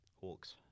Hawks